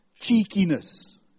cheekiness